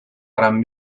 gran